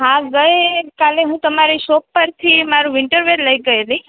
હા ગઈ કાલે હું તમારી શોપ પરથી મારુ વિન્ટર વેર લઈ ગઈ હતી